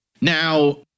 Now